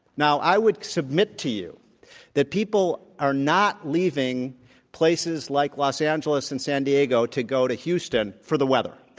now i would submit to you that people are not leaving places like los angeles and san diego to go to houston for the weather.